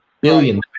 billion